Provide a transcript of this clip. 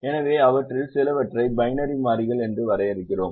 எனவே அவற்றில் சிலவற்றை பைனரி மாறிகள் என்று வரையறுக்கிறோம்